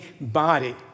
body